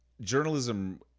journalism